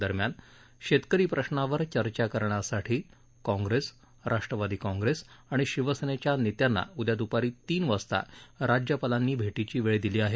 दरम्यान शेतकरी प्रश्नावर चर्चा करण्यासाठी काँग्रेस राष्ट्रवादी काँग्रेस आणि शिवसेनेच्या नेत्यांना उद्या द्पारी तीन वाजता राज्यपालांनी भेटीची वेळ दिली आहे